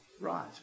right